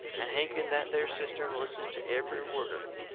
and hank in that there cistern a-listening to every word of it.